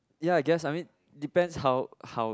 ya I guess I mean depends how how